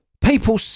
People